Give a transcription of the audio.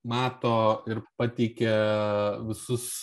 mato ir pateikia visus